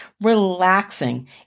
relaxing